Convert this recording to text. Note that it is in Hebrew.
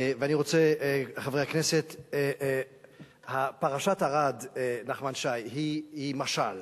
חברי הכנסת, פרשת ארד, נחמן שי, היא משל